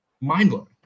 mind-blowing